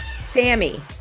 Sammy